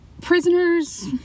prisoners